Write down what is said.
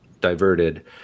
diverted